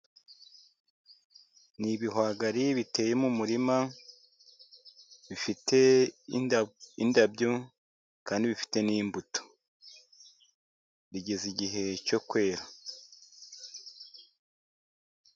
Ni ibihwagari biteye mu murima, bifite indabyo kandi bifite n'imbuto, bigeze igihe cyo kwera.